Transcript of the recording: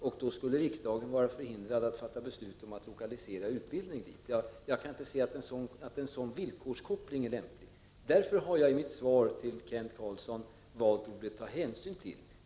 Riksdagen skulle då vara förhindrad att fatta beslut om att lokalisera utbildning till den orten. Jag kan alltså inte se att en sådan villkorskoppling är lämplig. Därför har jag i mitt svar på Kent Carlssons fråga valt att säga ”ta hänsyn till”.